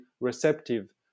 receptive